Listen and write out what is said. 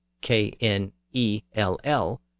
K-N-E-L-L